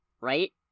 Right